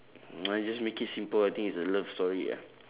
mm I just make it simple I think it's a love story ah